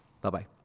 bye-bye